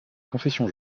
confession